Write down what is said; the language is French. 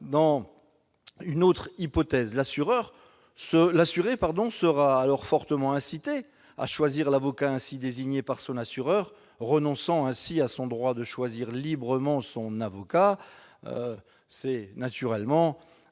dans une autre hypothèse. L'assuré sera alors fortement incité à choisir l'avocat ainsi désigné par son assureur, renonçant ainsi à son droit de choisir librement son avocat, ce qui est contraire